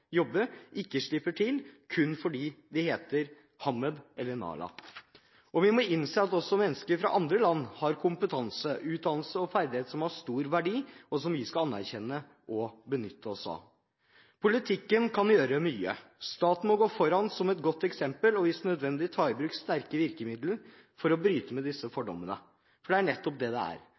jobbe, ikke slipper til kun fordi de heter Hammed eller Nala. Og vi må innse at også mennesker fra andre land har kompetanse, utdannelse og ferdigheter som har stor verdi, som vi skal anerkjenne og benytte oss av. Politikken kan gjøre mye. Staten må gå foran som et godt eksempel og om nødvendig ta i bruk sterke virkemidler for å bryte ned disse fordommene. For det er nettopp det det er,